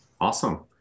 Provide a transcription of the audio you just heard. Awesome